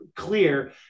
clear